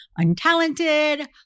untalented